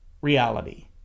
reality